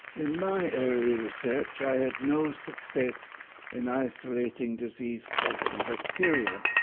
in my early research i had no success in isolating disease causing bacteria.